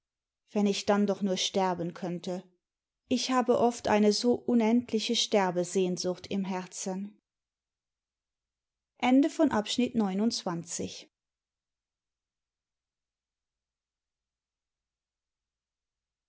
wenn ich dann doch nur sterben könnte ich habe oft eine so unendliche sterbesehnsucht im herzen